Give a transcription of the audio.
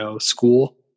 school